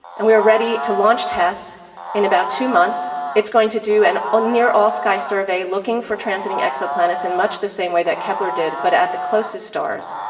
and we are ready to launch tests in about two months. it's going to do a and ah near all-sky survey looking for transiting exoplanets in much the same way that kepler did but at the closest stars.